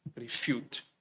refute